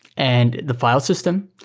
and the file system,